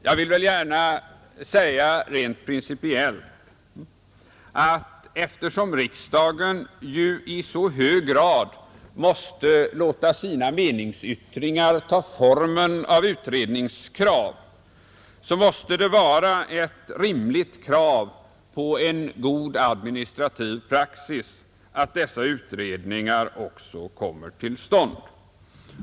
Rent principiellt vill jag säga, att eftersom riksdagen ju i så hög grad måste låta sina meningsyttringar ta formen av utredningskrav, så måste det vara ett rimligt krav på en god administrativ praxis att dessa utredningar också kommer till stånd.